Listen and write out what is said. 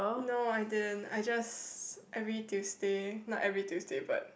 no I didn't I just every Tuesday not every Tuesday but